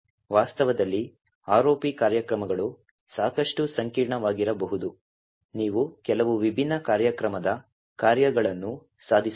ವಾಸ್ತವದಲ್ಲಿ ROP ಕಾರ್ಯಕ್ರಮಗಳು ಸಾಕಷ್ಟು ಸಂಕೀರ್ಣವಾಗಿರಬಹುದು ನೀವು ಕೆಲವು ವಿಭಿನ್ನ ಕಾರ್ಯಕ್ರಮದ ಕಾರ್ಯಗಳನ್ನು ಸಾಧಿಸಬಹುದು